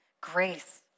Grace